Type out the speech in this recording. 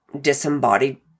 disembodied